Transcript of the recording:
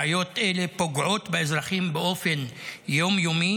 בעיות אלה פוגעות באזרחים באופן יום-יומי